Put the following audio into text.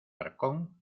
arcón